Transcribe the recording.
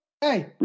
hey